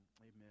amen